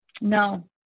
No